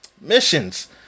missions